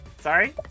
Sorry